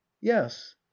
yes